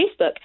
Facebook